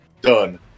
done